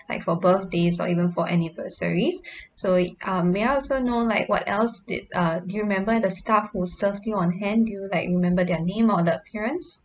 like for birthdays or even for anniversaries so uh may I also know like what else did uh do you remember the staff who served you on hand do you like remember their name or the appearance